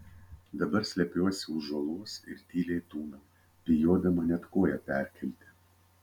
dabar slepiuosi už uolos ir tyliai tūnau bijodama net koją perkelti